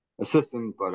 Assistant